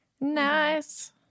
Nice